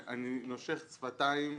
אני נושך שפתיים,